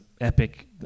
epic